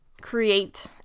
create